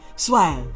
Swag